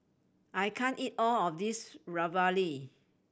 I can't eat all of this Ravioli